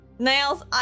Nails